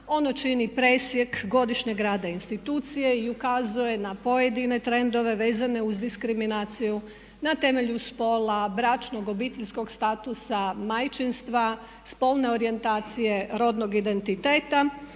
Ono čini presjek godišnjeg rada institucije i ukazuje na pojedine trendove vezane uz diskriminaciju na temelju spola, bračnog, obiteljskog statusa, majčinstva, spolne orijentacije, rodnog identiteta